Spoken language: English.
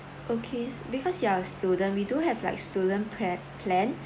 okay because you're student we do have like student pla~ plan